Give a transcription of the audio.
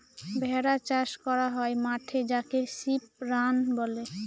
ভেড়া চাষ করা হয় মাঠে যাকে সিপ রাঞ্চ বলে